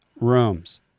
rooms